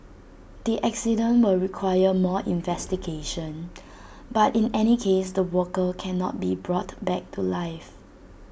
the accident will require more investigation but in any case the worker cannot be brought back to life